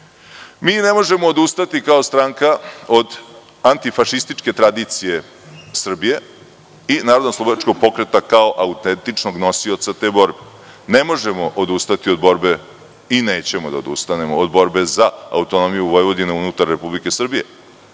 možemo odustati, kao stranka, od antifašističke tradicije Srbije i narodno oslobodilačkog pokreta, kao autentičnog nosioca te borbe. Ne možemo odustati od borbe i nećemo da odustanemo od borbe za autonomiju Vojvodine unutar Republike Srbije,